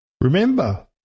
Remember